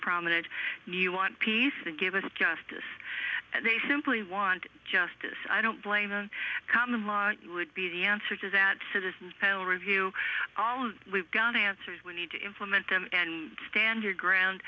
prominent you want peace they gave us justice they simply want justice i don't blame the common law would be the answer to that citizens will review all we've got answers we need to implement them and stand your ground